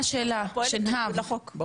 מה השאלה שנהב, מה השאלה?